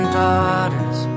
daughters